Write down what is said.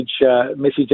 message